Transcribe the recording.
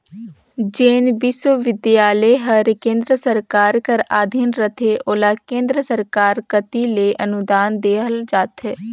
जेन बिस्वबिद्यालय हर केन्द्र सरकार कर अधीन रहथे ओला केन्द्र सरकार कती ले अनुदान देहल जाथे